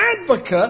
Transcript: advocate